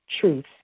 truth